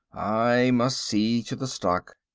i must see to the stock.